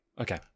Okay